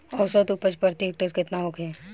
औसत उपज प्रति हेक्टेयर केतना होखे?